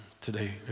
today